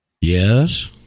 Yes